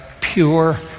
pure